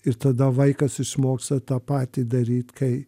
ir tada vaikas išmoksta tą patį daryt kai